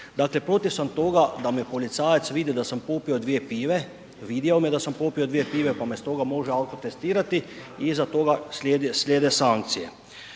Dakle protiv sam toga da me policajac vidi da sam popio dvije pive, vidio me da sam popio dvije pive pa me stoga može alkotestirali i iza toga slijede sankcije